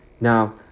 Now